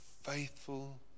Faithful